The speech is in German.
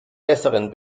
besseren